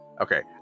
Okay